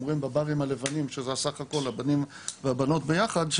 רואים בברים הלבנים שזה סך הכל הבנים והבנות ביחד.